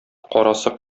карасы